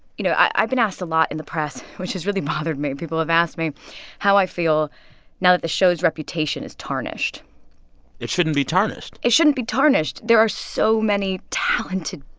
you know, i've been asked a lot in the press which has really bothered me people have asked me how i feel now that the show's reputation is tarnished it shouldn't be tarnished it shouldn't be tarnished. there are so many talented,